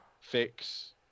fix